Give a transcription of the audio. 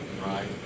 right